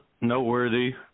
noteworthy